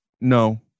No